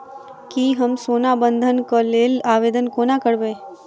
की हम सोना बंधन कऽ लेल आवेदन कोना करबै?